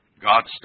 God's